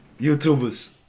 YouTubers